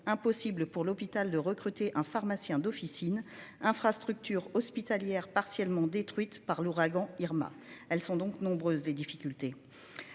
impossible pour l'hôpital de recruter un pharmacien d'officine infrastructures hospitalières partiellement détruite par l'ouragan Irma. Elles sont donc nombreuses les difficultés.